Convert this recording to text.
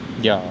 yeah